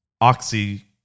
oxy